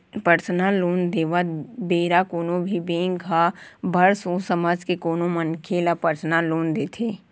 personal loan देवत बेरा कोनो भी बेंक ह बड़ सोच समझ के कोनो मनखे ल परसनल लोन देथे